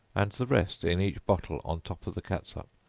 and the rest in each bottle on top of the catsup,